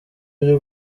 byo